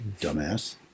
dumbass